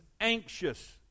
anxious